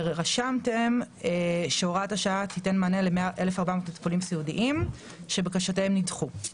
רשמתם שהוראת השעה תיתן מענה ל-1,400 מטופלים סיעודיים שבקשותיהם נדחו.